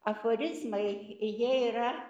aforizmai jie yra